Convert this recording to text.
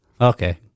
Okay